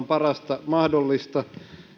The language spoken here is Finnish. parasta mahdollista